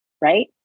right